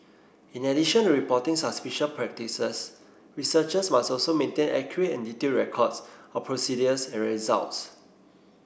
in addition to reporting suspicious practices researchers must also maintain accurate and detailed records of procedures and results